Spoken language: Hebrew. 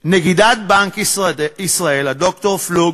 נגידת בנק ישראל ד"ר פלוג